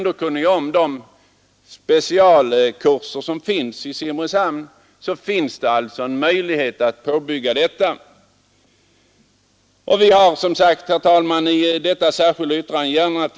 De specialkurser som finns i Simrishamn skulle alltså kunna ge möjlighet till en linjeorganiserad utbildning som sedan kan byggas på med andra linjer.